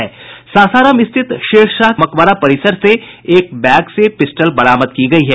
सासाराम स्थित शेरशाह मकबरा परिसर से एक बैग से पिस्टल बरामद की गयी है